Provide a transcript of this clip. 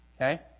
Okay